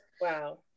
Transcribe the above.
wow